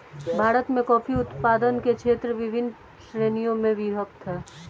भारत में कॉफी उत्पादन के क्षेत्र विभिन्न श्रेणियों में विभक्त हैं